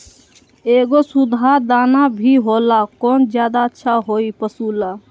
एगो सुधा दाना भी होला कौन ज्यादा अच्छा होई पशु ला?